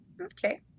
okay